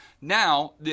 now